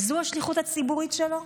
זאת השליחות הציבורית שלו?